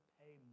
pay